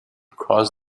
cross